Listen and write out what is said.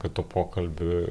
kad to pokalbių